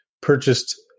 purchased